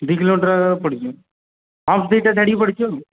ଦୁଇ କିଲୋମିଟର ପଡ଼ିଯିବ ହମ୍ପସ୍ ଦୁଇଟା ଛାଡ଼ିକି ପଡ଼ିଛି ଆଉ